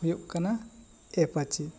ᱦᱩᱭᱩᱜ ᱠᱟᱱᱟ ᱮᱯᱟᱪᱤ